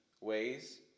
ways